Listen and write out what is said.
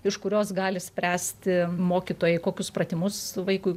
iš kurios gali spręsti mokytojai kokius pratimus vaikui